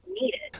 needed